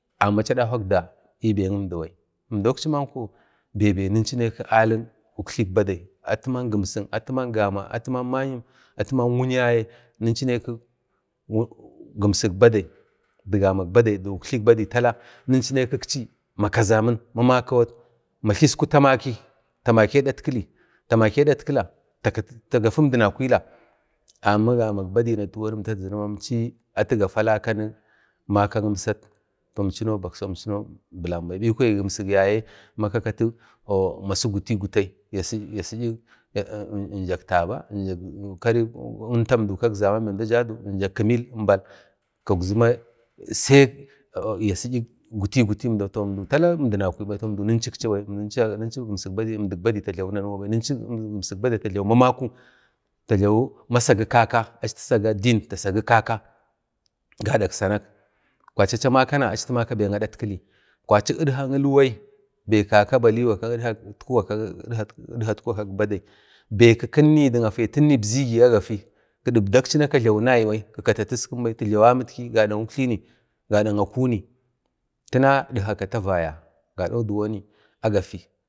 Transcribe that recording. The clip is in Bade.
amma achanakwak da ə bakindibai toh bebe ninchu naki alik uktlaik badai atiman gama, atiman gimsik atiman ma'yim, atiman wu'ya yaye ninchu neki gimsik badai, dik gamak badai, dik uktlaik badai inchu nekaksi makazamin bikwaya matlisku tamaki, ta maki a datkili ta maki a datkila ta gafi madinakila amma gamak badai na əmda tazini ma atu gafa alakanik makak imsat toh imchinau bilan bai bi kwaya gimsik yaye kakati masi gutai-guta, ya si'yik jak laba, jak karai kintan dau, jak kimil kaukazi ma sai yasi'yik gutai-gutai toh tanau tala əmdinakwai bai tala ninchachibai ninchu əmdik badai ta jlawi nanuwa bai ninchu gimsik badai ga kazi ta jlawi masagi kaka ta sagi ini gadak sanak, kwachi achi amakana achi ta maki adtakili kwachi idkak ilwai bai kaka baliwa ka kidkatikili kak badai bai miyitkili dik afitkili ibzechi kidibdaksi ni ka jlabi nagi bai ka jlaba tiskin bai gadak uktlini gadak akuni tina idka kata vaya gado diwoni agafi